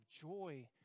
joy